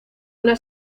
una